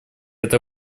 это